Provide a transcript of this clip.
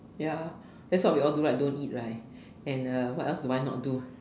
ya that's what we all do right don't eat right and uh what else do I not do